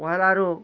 ପହେଲା ଆରୁ